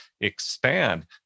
expand